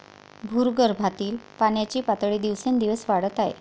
भूगर्भातील पाण्याची पातळी दिवसेंदिवस वाढत आहे